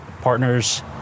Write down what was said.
partners